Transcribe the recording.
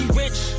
rich